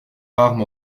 armes